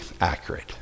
accurate